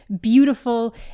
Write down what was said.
beautiful